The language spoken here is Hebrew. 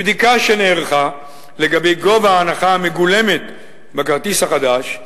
מבדיקה שנערכה לגבי גובה ההנחה המגולמת בכרטיס החדש,